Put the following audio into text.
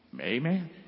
Amen